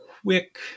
quick